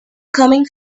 coming